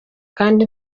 kandi